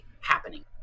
happening